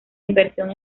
inversión